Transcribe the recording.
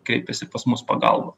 kreipiasi pas mus pagalba